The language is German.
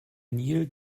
nil